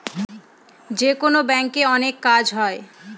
যেকোনো ব্যাঙ্কে অনেক কাজ হয়